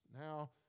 now